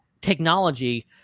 technology